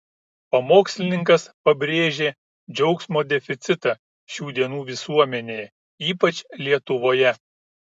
pamokslininkas pabrėžė džiaugsmo deficitą šių dienų visuomenėje ypač lietuvoje